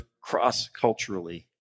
cross-culturally